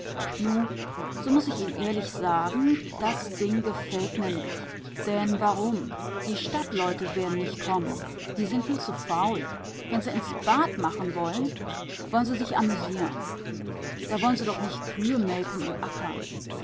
so muß ich ihn'n ehrlich sagen das ding gefällt mir nich denn warum die stadtleute werd'n nich kommen die sind viel zu faul wenn se ins bad machen woll'n woll'n se sich amüsieren da woll'n se doch nich kühe melken und ackern